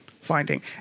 finding